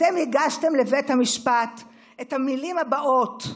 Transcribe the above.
אתם הגשתם לבית המשפט את המילים הבאות,